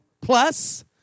plus